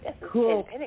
Cool